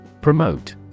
Promote